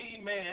amen